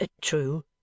True